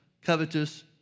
covetous